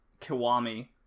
Kiwami